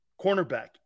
cornerback